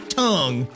tongue